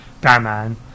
Batman